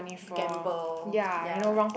gamble ya